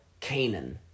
Canaan